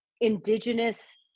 indigenous